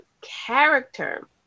character